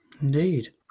Indeed